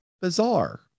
bizarre